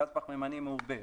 "גז פחמימני מעובה",